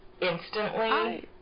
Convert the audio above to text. instantly